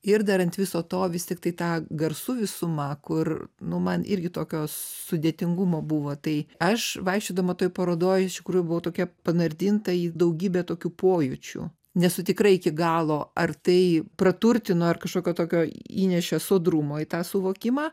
ir dar ant viso to vis tiktai ta garsų visuma kur nu man irgi tokio sudėtingumo buvo tai aš vaikščiodama toj parodoj iš tikrųjų buvau tokia panardinta į daugybę tokių pojūčių nesu tikra iki galo ar tai praturtino ar kažkokio tokio įnešė sodrumo į tą suvokimą